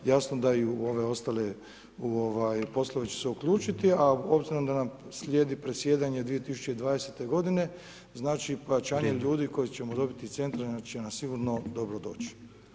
Jasno da i u ove ostale poslove će se uključiti, a obzirom da nam slijedi predsjedanje 2020. godine, znači pojačanje ljudi koje ćemo dobiti iz centra će nam sigurno dobro doći.